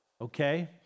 okay